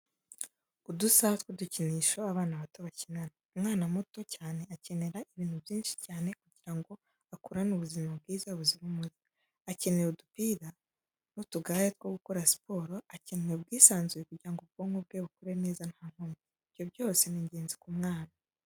Udusaha tw'udukinisho abana bato bakinana. Umwana muto cyane akenera ibintu byinshi cyane kugira ngo akurane ubuzima bwiza buzira umuze, akenera adupira n'utugare two gukora siporo, akenera ubwisanzure kugira ubwonko bwe bukure neza nta nkomyi. Ibyo byose ni ingenzi ku mwana.